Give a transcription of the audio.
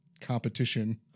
competition